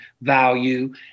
value